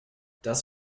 das